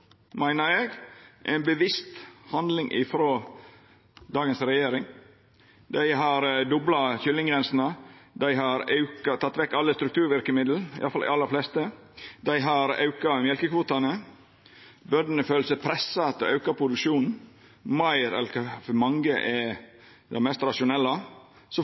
meiner eg er ei bevisst handling frå dagens regjering. Dei har dobla kyllinggrensene, dei har teke vekk alle strukturverkemiddel, iallfall dei aller fleste, dei har auka mjølkekvotane, og bøndene føler seg pressa til å auka produksjonen meir enn kva som for mange er det mest rasjonelle. Så